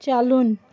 چلُن